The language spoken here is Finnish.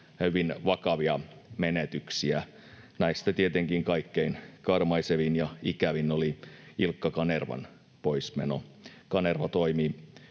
hyvin vakavia menetyksiä. Näistä tietenkin kaikkein karmaisevin ja ikävin oli Ilkka Kanervan poismeno. Kanerva toimi